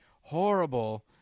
horrible